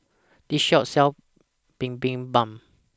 This Shop sells Bibimbap